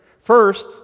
first